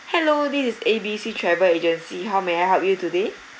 hello this is A B C travel agency how may I help you today